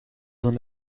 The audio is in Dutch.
een